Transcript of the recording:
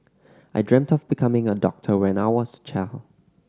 I dreamt of becoming a doctor when I was a child